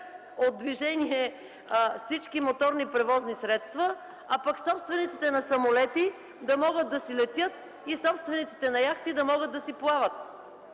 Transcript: от движение всички моторни превозни средства, а пък собствениците на самолети да могат да си летят и собствениците на яхти да могат да си плават.